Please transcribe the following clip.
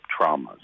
traumas